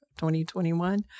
2021